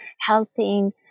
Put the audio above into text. helping